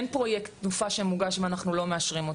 אין פרויקט תנופה שמוגש ואנחנו לא מאשרים אותו,